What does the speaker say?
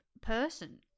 person